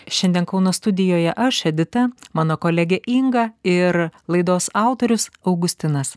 šiandien kauno studijoje aš edita mano kolegė inga ir laidos autorius augustinas